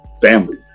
family